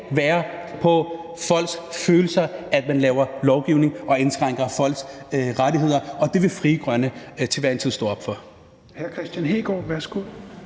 være på folks følelser, at man laver lovgivning og indskrænker folks rettigheder, og det vil Frie Grønne til hver en tid stå op for.